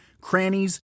crannies